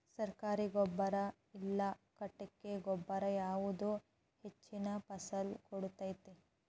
ಸರ್ಕಾರಿ ಗೊಬ್ಬರ ಇಲ್ಲಾ ಕೊಟ್ಟಿಗೆ ಗೊಬ್ಬರ ಯಾವುದು ಹೆಚ್ಚಿನ ಫಸಲ್ ಕೊಡತೈತಿ?